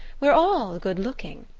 we're all good-looking.